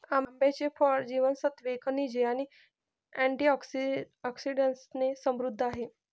आंब्याचे फळ जीवनसत्त्वे, खनिजे आणि अँटिऑक्सिडंट्सने समृद्ध आहे